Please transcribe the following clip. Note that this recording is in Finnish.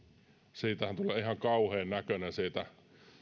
siitähän tulee ihan kauhean näköinen siitä